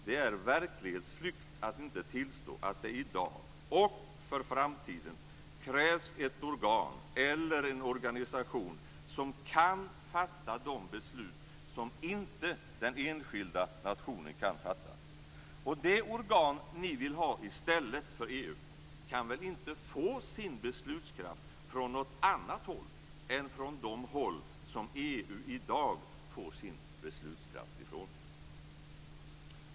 Det är verklighetsflykt att inte tillstå att det i dag och för framtiden krävs ett organ eller en organisation som kan fatta de beslut som inte den enskilda nationen kan fatta. Det organ ni vill ha i stället för EU kan väl inte få sin beslutskraft från någon annat håll än från de håll som EU i dag får sin beslutskraft från?